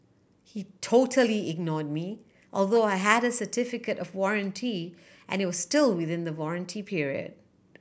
he totally ignored me although I had a certificate of warranty and it was still within the warranty period